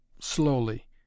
slowly